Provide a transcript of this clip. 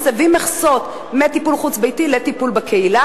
מסבים מכסות מטיפול חוץ-ביתי לטיפול בקהילה